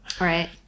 Right